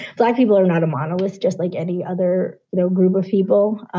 black people are not a monolith, just like any other you know group of people.